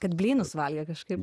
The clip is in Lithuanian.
kad blynus valgė kažkaip